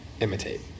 imitate